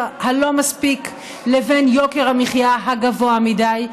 הלא-מספיק לבין יוקר המחיה הגבוה מדי.